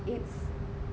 its